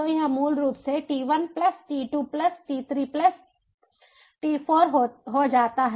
तो यह मूल रूप से t1 plus t2 plus t3 plus t4 हो जाता है